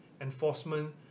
enforcement